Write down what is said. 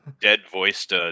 dead-voiced